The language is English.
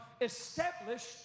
established